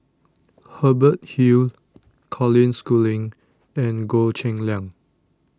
Hubert Hill Colin Schooling and Goh Cheng Liang